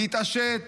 להתעשת,